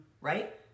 right